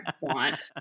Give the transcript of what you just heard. want